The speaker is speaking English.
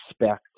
expect